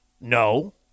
no